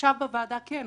עכשיו בוועדה כן,